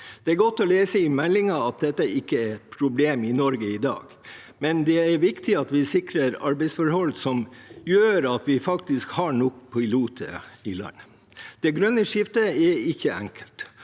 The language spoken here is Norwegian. Det er godt å lese i meldingen at dette ikke er et problem i Nor ge i dag, men det er viktig at vi sikrer arbeidsforhold som gjør at vi faktisk har nok piloter i landet. Det grønne skiftet er ikke enkelt